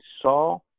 saw